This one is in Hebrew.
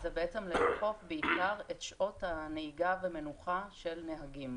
זה בעצם לאכוף בעיקר את שעות הנהיגה והמנוחה של נהגים,